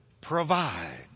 provide